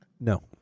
No